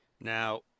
Now